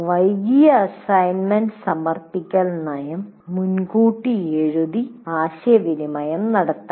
വൈകിയ അസൈൻമെന്റ് സമർപ്പിക്കൽ നയം മുൻകൂട്ടി എഴുതി ആശയവിനിമയം നടത്തണം